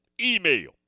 email